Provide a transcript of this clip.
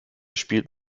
spielt